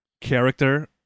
character